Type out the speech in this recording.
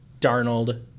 Darnold